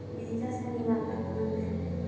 बिजासनी माता का मंदिर है